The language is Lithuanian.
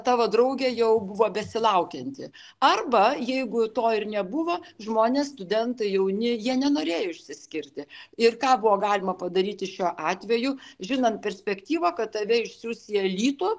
tavo draugė jau buvo besilaukianti arba jeigu to ir nebuvo žmonės studentai jauni jie nenorėjo išsiskirti ir ką buvo galima padaryti šiuo atveju žinant perspektyvą kad tave išsiųs į alytų